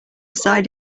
side